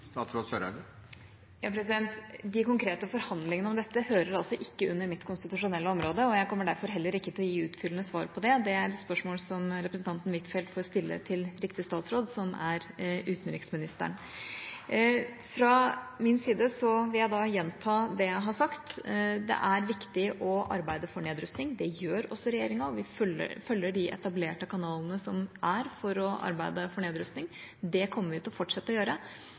De konkrete forhandlingene om dette hører altså ikke inn under mitt konstitusjonelle område, og jeg kommer derfor heller ikke til å gi utfyllende svar på det. Det er spørsmål som representanten Huitfeldt får stille til riktig statsråd, som er utenriksministeren. Fra min side vil jeg gjenta det jeg har sagt: Det er viktig å arbeide for nedrustning, og det gjør også regjeringa, og vi følger de etablerte kanalene som er for å arbeide for nedrustning. Det kommer vi til å fortsette å gjøre,